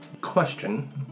Question